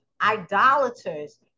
idolaters